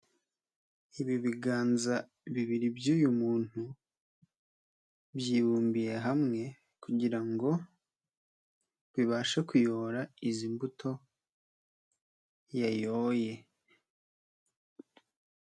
Ibi biganza bibiri by'uyu muntu, byibumbiye hamwe kugira ngo bibashe kuyobora izi mbuto yayoye.